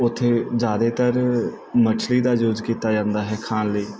ਉੱਥੇ ਜ਼ਿਆਦਾਤਰ ਮੱਛਲੀ ਦਾ ਯੂਜ਼ ਕੀਤਾ ਜਾਂਦਾ ਹੈ ਖਾਣ ਲਈ